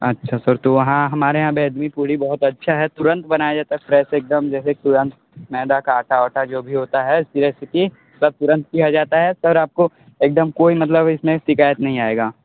अच्छा सर तो वहाँ हमारे यहाँ अजमी पूड़ी बहुत अच्छा है तुरंत बनाया जाता है फ्रेस एकदम फ्रेस मैदा का आटा वाटा जो भी होता है सब तुरंत किया जाता है सर आपको एकदम कोई मतलब इसमें शिकायत नहीं आएगा